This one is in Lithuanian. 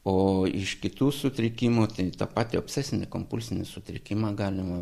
o iš kitų sutrikimų tai tą patį obsesinį kompulsinį sutrikimą galima